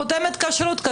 חותמת כשרות.